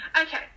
Okay